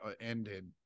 ended